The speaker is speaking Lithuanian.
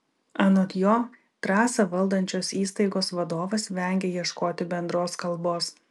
anot jo trasą valdančios įstaigos vadovas vengia ieškoti bendros kalbos